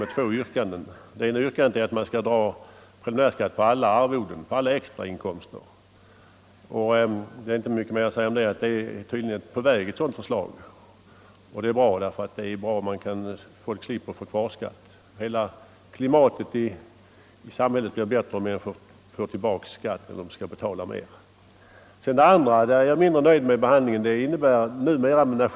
Det ena yrkandet i motionen är att man skall dra preliminärskatt på alla arvoden, alla extrainkomster. Ett sådant förslag är tydligen på väg, och det är därför inte mycket mera att säga om det. Folk slipper då i större utsträckning att få kvarskatt, och det är bra. Hela klimatet i samhället blir bättre om folk får tillbaka skatt i stället för att få betala mera. När det gäller behandlingen av det andra yrkandet i motionen är jag mindre nöjd.